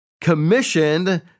commissioned